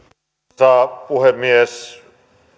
arvoisa puhemies